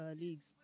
leagues